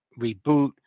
reboot